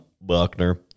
Buckner